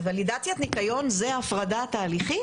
ולידציית ניקיון, זאת הפרדה תהליכית?